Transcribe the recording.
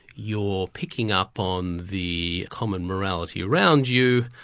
you're picking up on the common morality around you,